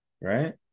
right